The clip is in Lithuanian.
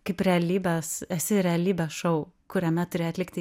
kaip realybės esi realybės šou kuriame turi atlikti